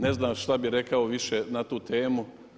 Ne znam što bi rekao više na tu temu.